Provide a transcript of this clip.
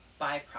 byproduct